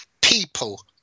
people